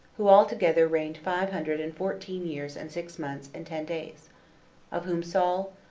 who all together reigned five hundred and fourteen years, and six months, and ten days of whom saul,